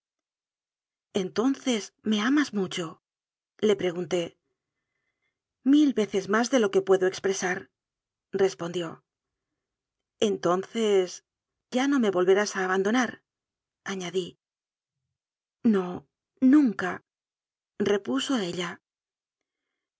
entonces me amas mucho le pregunté mil veces más de lo que puedo expresarres pondió entonces ya no me volverás a abandonar añadí no nunca repuso ella